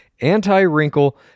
anti-wrinkle